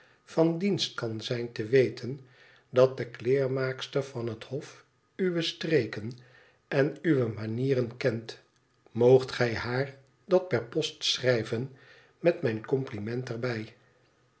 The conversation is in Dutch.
van dienst kan zijn te weten dat de kleermaakster van het hof uwe streken en uwe manieren kent moogt gij haar dat per post schrijven met mijn compliment er